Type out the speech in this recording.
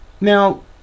now